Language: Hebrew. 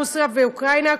רוסיה ואוקראינה,